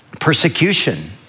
persecution